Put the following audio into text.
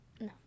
no